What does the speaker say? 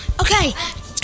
Okay